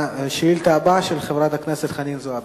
השאילתא הבאה, של חברת הכנסת חנין זועבי.